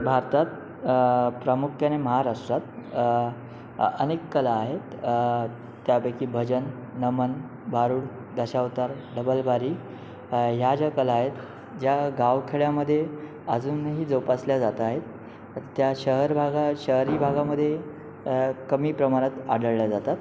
भारतात प्रामुख्याने महाराष्ट्रात अनेक कला आहेत त्यापैकी भजन नमन भारूड दशावतार डबलबारी ह्या ज्या कला आहेत ज्या गावखेडयामधे अजूनही जोपासल्या जात आहेत त्या शहरभागा शहरी भागामधे कमी प्रमाणात आढळल्या जातात